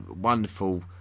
wonderful